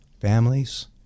families